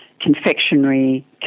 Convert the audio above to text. confectionery